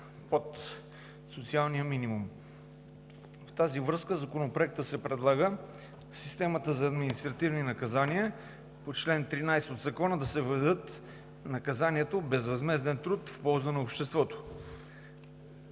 под социалния минимум. В тази връзка със Законопроекта се предлага в системата на административните наказания по чл. 13 от Закона да се въведат наказанието безвъзмезден труд в полза на обществото,